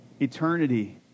Eternity